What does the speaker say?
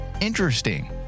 interesting